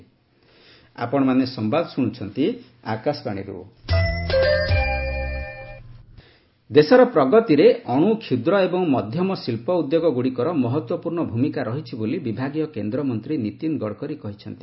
MSME Gadkari ଦେଶର ପ୍ରଗତିରେ ଅଣୁ କ୍ଷୁଦ୍ର ଏବଂ ମଧ୍ୟମ ଶିଳ୍ପ ଉଦ୍ୟୋଗ ଗୁଡ଼ିକର ମହତ୍ତ୍ୱପୂର୍ଣ୍ଣ ଭୂମିକା ରହିଛି ବୋଲି ବିଭାଗୀୟ କେନ୍ଦ୍ରମନ୍ତ୍ରୀ ନୀତିନ୍ ଗଡକରୀ କହିଛନ୍ତି